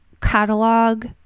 catalog